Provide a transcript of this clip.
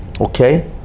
okay